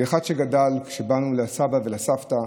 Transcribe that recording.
כאחד שגדל, כשבאנו לסבא ולסבתא,